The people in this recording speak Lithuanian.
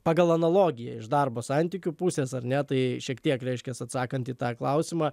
pagal analogiją iš darbo santykių pusės ar ne tai šiek tiek reiškias atsakant į tą klausimą